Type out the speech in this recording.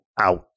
out